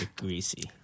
Greasy